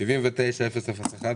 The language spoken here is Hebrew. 79001